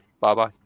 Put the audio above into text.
Bye-bye